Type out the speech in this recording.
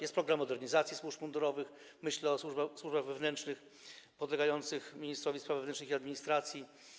Jest program modernizacji służb mundurowych, myślę o służbach wewnętrznych podlegających ministrowi spraw wewnętrznych i administracji.